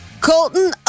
Colton